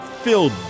filled